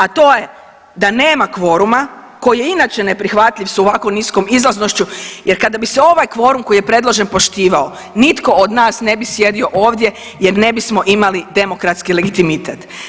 A to je da nema kvoruma koji je inače neprihvatljiv s ovako niskom izlaznošću jer kada bi se ovaj kvorum koji je predložen poštivao nitko od nas ne bi sjedio ovdje jer ne bismo imali demokratski legitimitet.